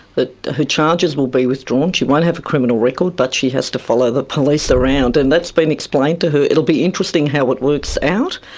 that her charges will be withdrawn, she won't have a criminal record but she has to follow the police around, and that's been explained to her. it'll be interesting how it works out,